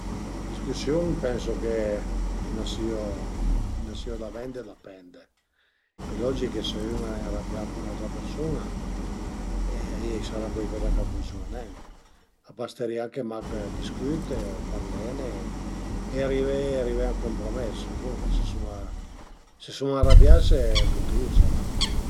Ma a dipend se l'ai vöia, se l'ai vöia fazu, travaiu ël bosch cume l'ai dit prima, travaiu, fazu modellizmo navale, se no anche ste stravacà zura ël sufà, guardeme la televiziun al e nen ch'a sia 'na brüta coza, comuncue me pasatemp preferì al e travaié ël bosch e pöi pöi a i sun anche d'aute coze, ma a sun secundarie